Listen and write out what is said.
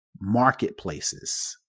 marketplaces